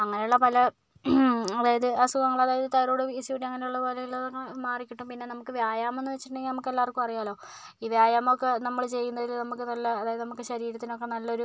അങ്ങനെയുള്ള പല അതായത് അസുഖങ്ങൾ അതായത് thyroid P C O D അങ്ങനെയുള്ള പോലെയുള്ളവ മാറിക്കിട്ടും പിന്നെ നമുക്ക് വ്യായാമം എന്ന് വെച്ചിട്ടുണ്ടെങ്കിൽ നമുക്കെല്ലാവർക്കും അറിയാമല്ലോ ഈ വ്യായാമമൊക്കെ നമ്മൾ ചെയ്യുന്നതിൽ നമുക്ക് നല്ല അതായത് നമുക്ക് ശരീരത്തിനൊക്കെ നല്ലൊരു